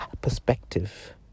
perspective